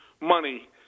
money